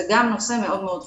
זה גם נושא מאוד מאוד חשוב.